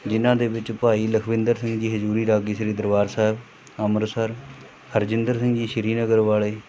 ਜਿਨ੍ਹਾਂ ਦੇ ਵਿੱਚ ਭਾਈ ਲਖਵਿੰਦਰ ਸਿੰਘ ਜੀ ਹਜ਼ੂਰੀ ਰਾਗੀ ਸ਼੍ਰੀ ਦਰਬਾਰ ਸਾਹਿਬ ਅੰਮ੍ਰਿਤਸਰ ਹਰਜਿੰਦਰ ਸਿੰਘ ਜੀ ਸ਼੍ਰੀਨਗਰ ਵਾਲੇ